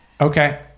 Okay